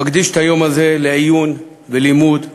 מקדיש את היום הזה לעיון, ללימוד,